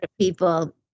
People